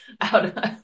out